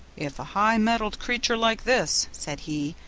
if a high-mettled creature like this said he,